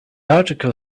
article